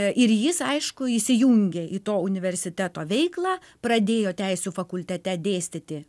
ir jis aišku įsijungė į to universiteto veiklą pradėjo teisių fakultete dėstyti